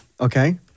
Okay